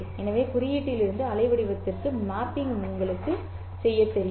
எனவே குறியீட்டிலிருந்து அலைவடிவத்திற்கு மேப்பிங் உங்களுக்குத் தெரியும்